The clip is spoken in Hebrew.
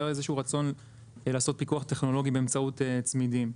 היה איזה שהוא רצון לעשות פיקוח טכנולוגי באמצעות צמידים,